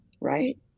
right